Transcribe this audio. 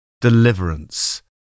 deliverance